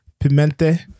Pimente